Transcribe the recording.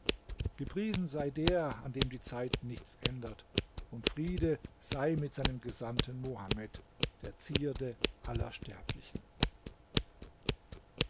gepriesen sei der an dem die zeit nichts ändert und friede sei mit seinem gesandten mohammed der zierde aller sterblichen